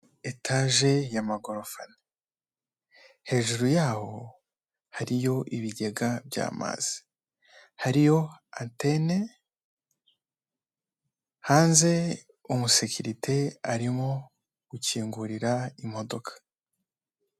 Etaje y'amagorofa ane, hejuru yaho hariyo ibigega by'amazi, hariyo antene, hanze umusekirite arimo gukingurira imodoka.